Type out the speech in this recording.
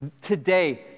today